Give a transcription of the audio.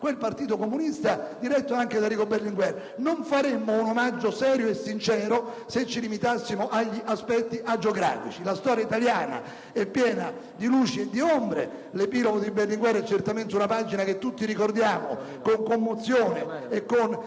il Partito Comunista diretto da Enrico Berlinguer. Non faremmo un omaggio serio e sincero se ci limitassimo agli aspetti agiografici. La storia italiana è piena di luci e di ombre. L'epilogo di Berlinguer rappresenta certamente una pagina che tutti ricordiamo con commozione e con